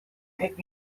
pick